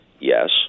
Yes